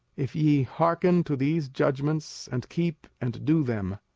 if ye hearken to these judgments, and keep, and do them,